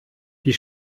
die